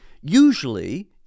Usually